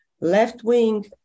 left-wing